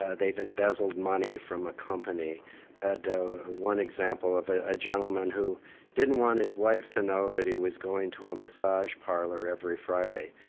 ah they've embezzled money from a company i had one example of a a gentleman who didn't want his wife to know that he was going to a massage parlour every friday.